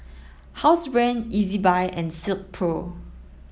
Housebrand Ezbuy and Silkpro